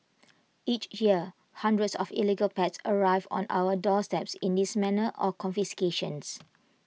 each year hundreds of illegal pets arrive on our doorstep in this manner or confiscations